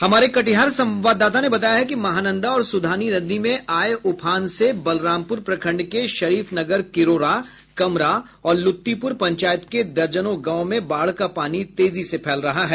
हमारे कटिहार संवाददाता ने बताया है कि महानंदा और सुधानी नदी में आये उफान से बलरामपुर प्रखंड के शरीफनगर किरोड़ा कमरा ओर लुतिपुर पंचायत के दर्जनों गांव में बाढ़ का पानी तेजी से फैल रहा है